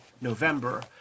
November